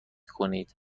کنید